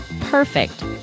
Perfect